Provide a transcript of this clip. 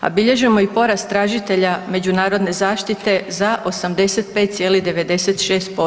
A bilježimo i porast tražitelja međunarodne zaštite za 85,96%